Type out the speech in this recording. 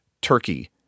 turkey